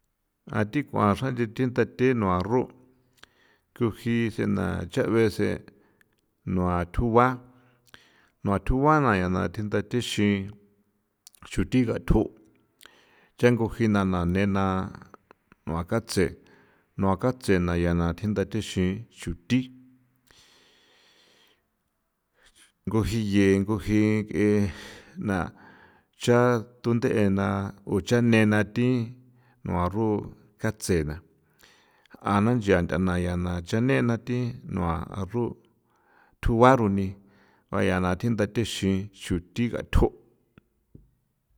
A thik'uan xranch'i thinthathe nua arro nguji sena cha'bese nua tjuba nua tjuba na ya na thinda thixi xuthi gathjo' chan ngujina nena nua katse nua katse na ya na thinda thixi xuthi nguji ye nguji ng'e na cha tunde'e na o cha nena thi nua arro katse a na nchia nt'a na ya na cha nena thi nua arru' tjugua roni a ya na thi nthathexi xuthi gathjo'.